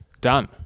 Done